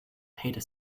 paid